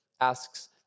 asks